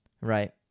Right